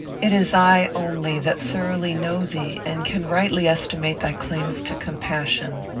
it is i only that thoroughly know thee and can rightly estimate thy claims to compassion.